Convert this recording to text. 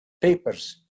papers